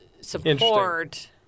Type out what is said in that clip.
support